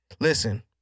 Listen